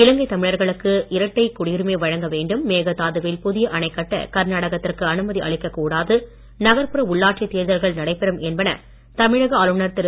இலங்கை தமிழர்களுக்கு இரட்டை குடியுரிமை வழங்க வேண்டும் மேகதாதுவில் புதிய அணைக்கட்ட கர்நாடகத்திற்கு அனுமதி அளிக்க கூடாது நகர்புற உள்ளாட்சித் தேர்தல்கள் நடைபெறும் என்பன தமிழக ஆளுநர் திரு